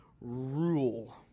rule